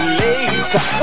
later